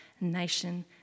nation